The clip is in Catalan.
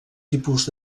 tipus